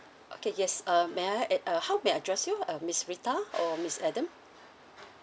okay yes uh may I add~ uh how may I address you uh miss rita or miss adam